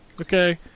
Okay